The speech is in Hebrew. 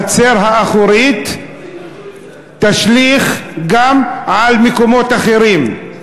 החצר האחורית תשליך גם על מקומות אחרים.